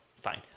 Fine